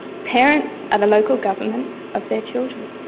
parents are the local government of their children.